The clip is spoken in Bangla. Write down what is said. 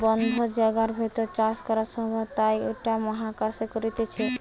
বদ্ধ জায়গার ভেতর চাষ করা সম্ভব তাই ইটা মহাকাশে করতিছে